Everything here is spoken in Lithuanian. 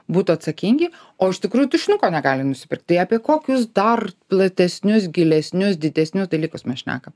būtų atsakingi o iš tikrųjų tušinuko negali nusipirkt tai apie kokius dar platesnius gilesnius didesnius dalykus mes šnekam